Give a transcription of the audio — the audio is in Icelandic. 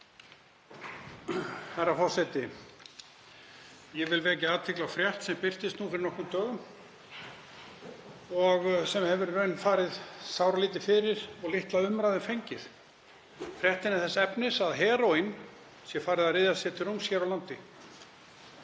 Herra forseti. Ég vil vekja athygli á frétt sem birtist fyrir nokkrum dögum og sem hefur farið í raun sáralítið fyrir og litla umræðu fengið. Fréttin er þess efnis að heróín sé farið að ryðja sér til rúms hér á landi.